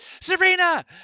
Serena